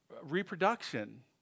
reproduction